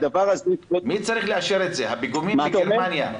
הפיגומים מגרמניה,